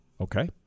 Okay